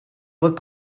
fod